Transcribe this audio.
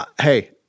hey